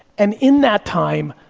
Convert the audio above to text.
and in that time,